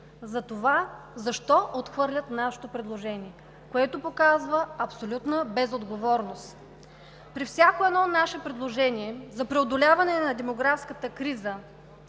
за това защо отхвърлят нашето предложение, което показва абсолютна безотговорност. При всяко едно наше предложение за преодоляване на демографската криза,